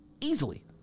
Easily